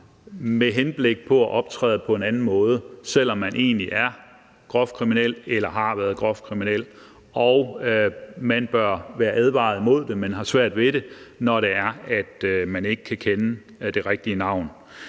med henblik på at optræde på en anden måde, selv om man egentlig er groft kriminel eller har været groft kriminel. Og man bør være advaret imod det, men har svært ved det, når man ikke kan kende det rigtige navn.